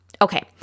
Okay